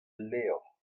levr